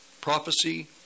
prophecy